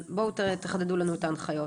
אבל בואו תחדדו לנו את ההנחיות.